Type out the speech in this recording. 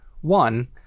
One